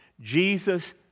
Jesus